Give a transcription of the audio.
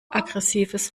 aggressives